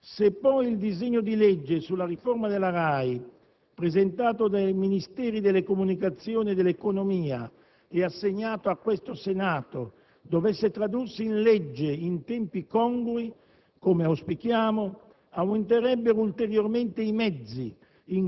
Se poi il disegno di legge sulla riforma della RAI, presentato dai Ministeri delle comunicazioni e dell'economia e assegnato a questo Senato, dovesse tradursi in legge in tempi congrui, come auspichiamo, aumenterebbero ulteriormente i mezzi